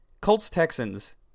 Colts-Texans